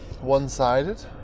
one-sided